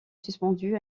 suspendu